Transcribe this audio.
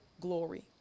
glory